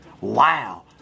wow